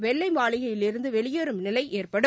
வெள்ளைமாளிகையிலிருந்துவெளியேறும் நிலைஏற்படும்